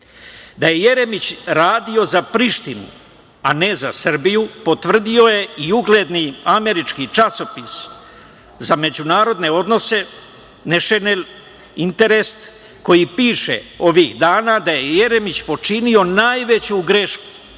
je Jeremić radio za Prištinu, a ne za Srbiju, potvrdio je i ugledni američki časopis za međunarodne odnose „National Interest“ koji piše ovih dana da je Jeremić počinio najveću grešku